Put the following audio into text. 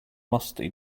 musty